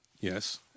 Yes